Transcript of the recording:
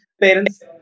parents